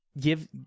give